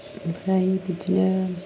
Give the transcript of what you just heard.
ओमफ्राय बिदिनो